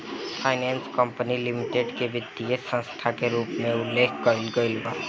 finance company limited के वित्तीय संस्था के रूप में उल्लेख कईल गईल बा